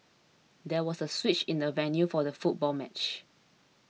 there was a switch in the venue for the football match